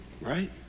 right